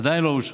עדיין לא אושרה.